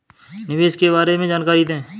निवेश के बारे में जानकारी दें?